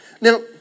Now